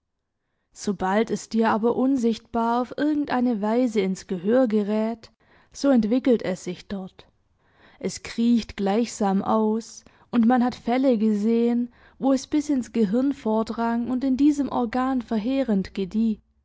sobald es dir aber unsichtbar auf irgendeine weise ins gehör gerät so entwickelt es sich dort es kriecht gleichsam aus und man hat fälle gesehen wo es bis ins gehirn vordrang und in diesem organ verheerend gedieh